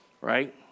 right